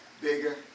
bigger